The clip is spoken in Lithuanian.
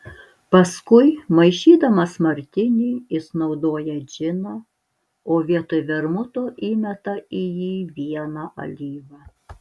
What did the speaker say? paskui maišydamas martinį jis naudoja džiną o vietoj vermuto įmeta į jį vieną alyvą